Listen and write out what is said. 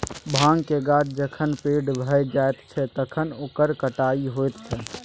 भाँगक गाछ जखन पैघ भए जाइत छै तखन ओकर कटाई होइत छै